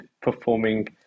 performing